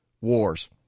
wars